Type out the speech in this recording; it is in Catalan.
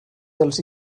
dels